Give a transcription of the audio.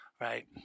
right